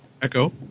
Echo